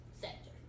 sector